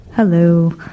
Hello